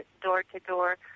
door-to-door